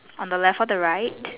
on the left or the right